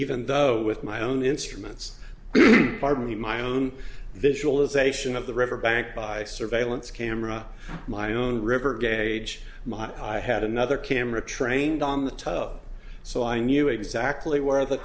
even though with my own instruments pardon me my own visualization of the river bank by surveillance camera my own river gauge my i had another camera trained on the top so i knew exactly where the